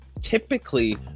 typically